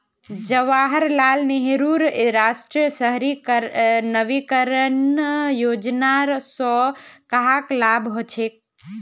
जवाहर लाल नेहरूर राष्ट्रीय शहरी नवीकरण योजनार स कहाक लाभ हछेक